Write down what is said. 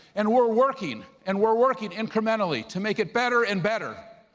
and we're working, and we're working incrementally to make it better and better.